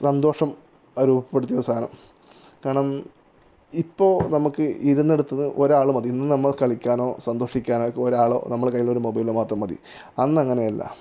സന്തോഷം അത് രൂപപ്പെടുത്തിയ സാധനം കാരണം ഇപ്പോള് നമുക്ക് ഇരുന്നിടത്തുനിന്ന് ഒരാള് മതി ഇന്ന് നമ്മള് കളിക്കാനോ സന്തോഷിക്കാനോ ഇപ്പോള് ഒരാളോ നമ്മുടെ കയ്യില് ഒരു മൊബൈലോ മാത്രം മതി അന്ന് അങ്ങനെയല്ല